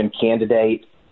candidate